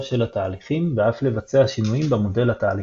של התהליכים ואף לבצע שינויים במודל התהליכי.